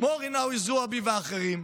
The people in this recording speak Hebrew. כמו רינאוי זועבי ואחרים,